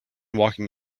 walking